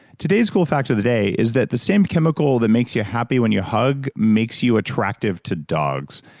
today's cool fact of the day is that the same chemical that makes you happy when you hug, makes you attractive to dogs.